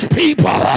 people